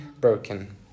broken